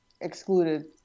excluded